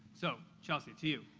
so, chelsea, to you.